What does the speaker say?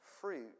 fruit